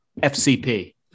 FCP